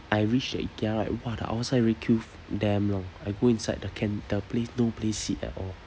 I reach at ikea right !wah! the outside already queue f~ damn long I go inside the can~ the place no place sit at all